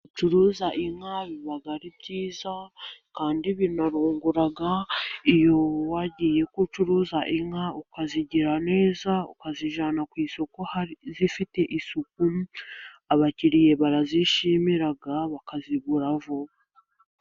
Abacuruzi bacuruza inka biba ari byiza kandi birungura, iyo wagiye gucuruza inka ukazigira neza, ukazijyana ku isoko zifite isuku, abakiriya barazishimira bakazigura vuba.